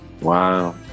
Wow